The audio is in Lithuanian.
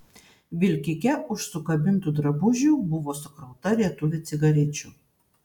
vilkike už sukabintų drabužių buvo sukrauta rietuvė cigarečių